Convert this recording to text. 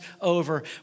over